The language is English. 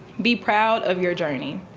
be proud of your journey.